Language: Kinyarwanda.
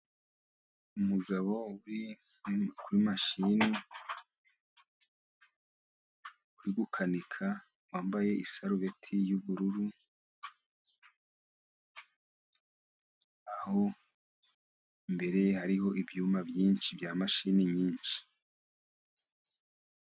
Umugabo uri kuri mashini, uri gukanika wambaye isarubeti y'ubururu, aho imbere hariho ibyuma byinshi, bya mashini nyinshi.